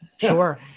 Sure